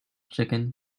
chicken